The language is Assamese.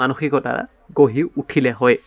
মানসিকতা গঢ়ি উঠিলে হয়